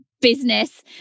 business